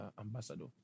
ambassador